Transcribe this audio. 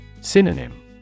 synonym